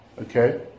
Okay